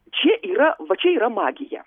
čia yra va čia yra magija